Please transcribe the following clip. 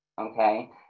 okay